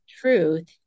truth